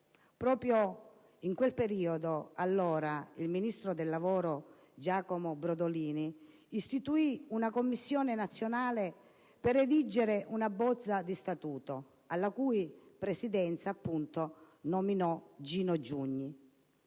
Proprio in quel periodo, l'allora ministro del lavoro, Giacomo Brodolini, istituì una commissione nazionale per redigere una bozza di statuto, alla cui presidenza nominò appunto Gino Giugni,